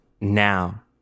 Now